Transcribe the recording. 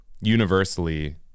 universally